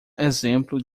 exemplo